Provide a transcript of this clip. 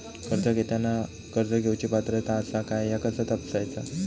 कर्ज घेताना कर्ज घेवची पात्रता आसा काय ह्या कसा तपासतात?